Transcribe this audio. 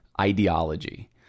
ideology